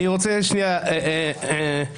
לא יודע להגיד כמה גביית אגרות יש במשרד שלו?